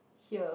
here